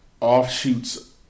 offshoots